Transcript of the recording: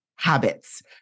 habits